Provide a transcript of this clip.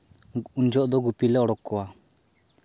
ᱩᱱ ᱡᱚᱠᱷᱮᱡᱽ ᱫᱚ ᱜᱩᱯᱤᱞᱮ ᱩᱰᱩᱠ ᱠᱟᱣᱟ